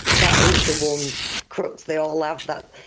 that is the one crux, they all have that,